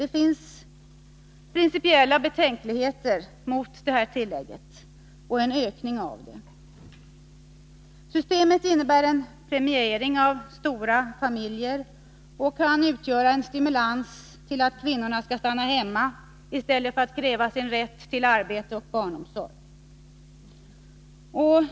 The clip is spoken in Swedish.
Vi har principiella betänkligheter mot det tillägget och mot en ökning av det. Systemet innebär en premiering av stora familjer och kan ses som en stimulans för kvinnorna att stanna hemma i stället för att kräva sin rätt till arbete och barnomsorg.